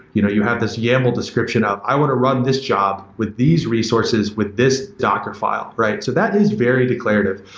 you know you have this yaml description of, i want to run this job with these resources with this docker file. so that is very declarative.